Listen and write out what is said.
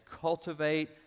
cultivate